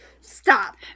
stop